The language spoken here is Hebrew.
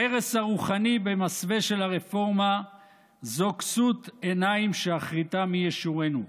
ההרס הרוחני במסווה של הרפורמה זו כסות עיניים שאחריתה מי ישורנו.